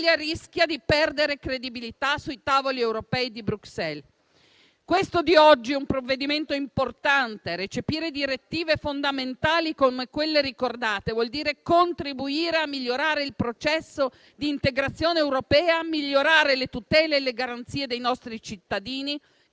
rischia di perdere credibilità sui tavoli europei di Bruxelles. Questo di oggi è un provvedimento importante. Recepire direttive fondamentali, come quelle ricordate, vuol dire contribuire a migliorare il processo di integrazione europea e a migliorare le tutele e le garanzie dei nostri cittadini,